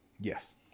Yes